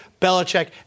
Belichick